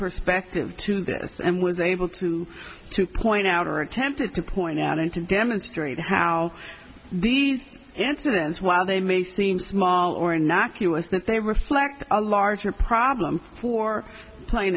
perspective to this and was able to to point out or attempted to point out and to demonstrate how these incidents while they may seem small or innocuous that they reflect a larger problem for plain